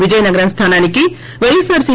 విజయనగరం స్లానానికి పైఎస్పోర్ సి